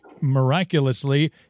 miraculously